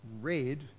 red